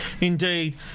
indeed